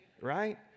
right